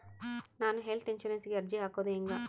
ನಾನು ಹೆಲ್ತ್ ಇನ್ಸುರೆನ್ಸಿಗೆ ಅರ್ಜಿ ಹಾಕದು ಹೆಂಗ?